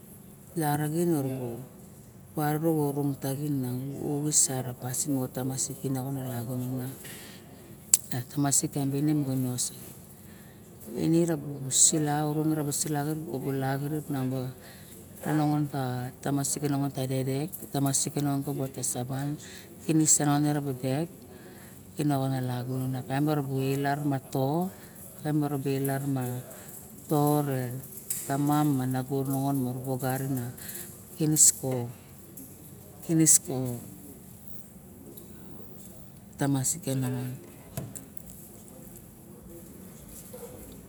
Laraxin orubu orong taxin miang nabu oxis a pasin moxo tamasik taem b a ine rabu sula rabu sula kabu la re nongon ka tamasik ke nongon ma tamasik ke dedek ka tamasik ke vete saban kinis se nongon me dedek me lagunon ma to taem bala ra gunon ma to kaim balara ma to mala balar ma tamam ma nago re nongon ma kinis ko tamasik ke nongon